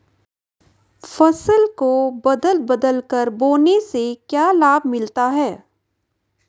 फसल को बदल बदल कर बोने से क्या लाभ मिलता है?